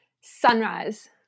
Sunrise